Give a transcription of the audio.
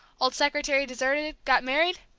old secretary deserted got married?